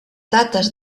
dates